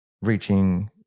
reaching